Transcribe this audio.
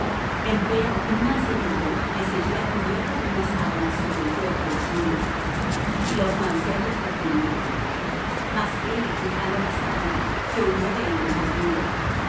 huyeron empero un mancebillo le seguía cubierto de una sábana sobre el cuerpo desnudo y los mancebos le prendieron mas él dejando la sábana se huyó de ellos desnudo